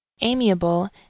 amiable